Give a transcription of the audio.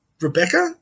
Rebecca